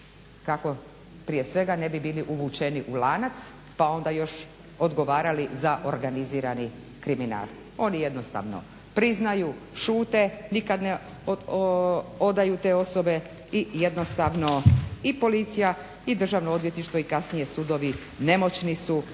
kako prije svega ne bi bili uvučeni u lanac pa onda još odgovarali za organizirani kriminal. Oni jednostavno priznaju, šute, nikad ne odaju te osobe i jednostavno i policija i Državno odvjetništvo i kasnije sudovi nemoćni su